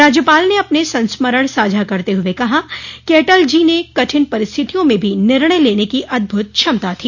राज्यपाल ने अपने संस्मरण साझा करते हुए कहा कि अटल जी में कठिन परिस्थितियों में भी निर्णय लेने की अद्भुत क्षमता थी